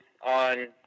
on